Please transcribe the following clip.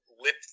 lip